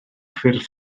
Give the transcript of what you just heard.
ffurf